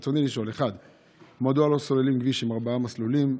רצוני לשאול: 1. מדוע לא סוללים כביש עם ארבעה מסלולים,